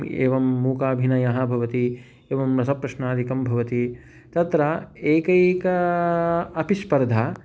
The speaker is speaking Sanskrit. एवं मूकाभिनयः भवति एवं रसप्रश्नादिकं भवति तत्र एकैका अपि स्पर्धा